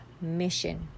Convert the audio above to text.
mission